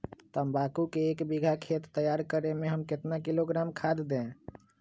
तम्बाकू के एक बीघा खेत तैयार करें मे कितना किलोग्राम खाद दे?